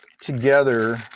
together